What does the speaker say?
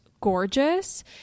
gorgeous